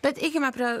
tad eikime prie